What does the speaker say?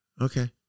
Okay